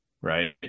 right